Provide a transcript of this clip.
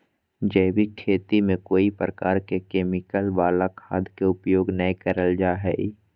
जैविक खेती में कोय प्रकार के केमिकल वला खाद के उपयोग नै करल जा हई